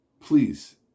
please